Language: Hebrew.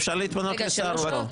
אפשר להתמנות לשר או לא,